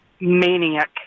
maniac